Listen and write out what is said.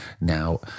Now